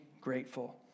grateful